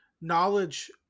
knowledge